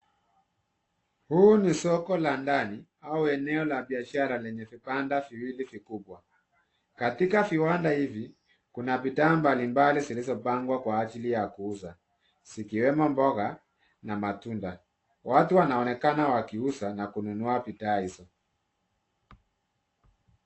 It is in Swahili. Huu ni soko la ndani au eneo la biashara lenye vibanda viwili vikubwa. Katika viwanda hivi, kuna bidhaa mbalimbali zilizopangwa kwa ajili ya kuuza zikiwemo mboga na matunda. Watu wanaonekana wakiuza na kununua bidhaa hizo.